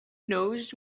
knows